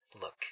Look